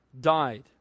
died